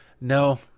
no